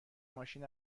ماشین